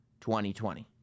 2020